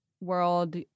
world